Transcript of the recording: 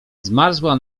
zmarzła